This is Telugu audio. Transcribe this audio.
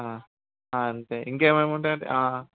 అంతే ఇంకేమి ఉంటాయి అండి